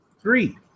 three